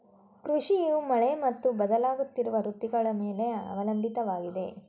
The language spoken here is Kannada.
ಕೃಷಿಯು ಮಳೆ ಮತ್ತು ಬದಲಾಗುತ್ತಿರುವ ಋತುಗಳ ಮೇಲೆ ಅವಲಂಬಿತವಾಗಿದೆ